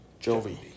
Jovi